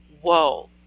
whoa